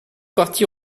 parti